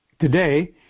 Today